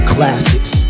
Classics